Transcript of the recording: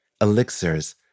elixirs